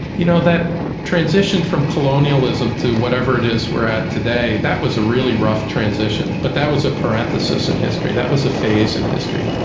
you know that transition from colonialism to whatever it is we're at today, that was a really rough transition, but that was a parenthesis in history, that was a phase in history.